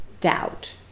doubt